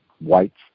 Whites